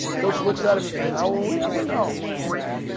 coach looks at him and says how will we ever know? nice guy.